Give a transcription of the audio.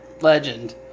legend